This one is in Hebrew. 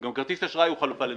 גם כרטיס אשראי הוא חלופה למזומנים.